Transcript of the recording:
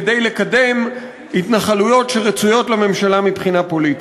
כדי לקדם התנחלויות שרצויות לממשלה מבחינה פוליטית.